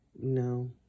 No